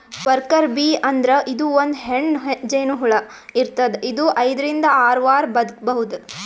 worker bee ಅಂದ್ರ ಇದು ಒಂದ್ ಹೆಣ್ಣ್ ಜೇನಹುಳ ಇರ್ತದ್ ಇದು ಐದರಿಂದ್ ಆರ್ ವಾರ್ ಬದ್ಕಬಹುದ್